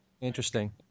interesting